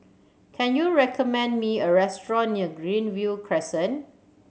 can you recommend me a restaurant near Greenview Crescent